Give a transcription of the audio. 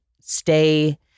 stay